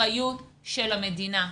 אחריות של המדינה.